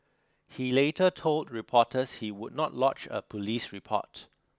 he later told reporters he would not lodge a police report